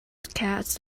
cats